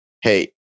hey